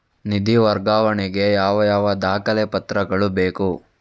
ನಿಧಿ ವರ್ಗಾವಣೆ ಗೆ ಯಾವ ಯಾವ ದಾಖಲೆ ಪತ್ರಗಳು ಬೇಕು?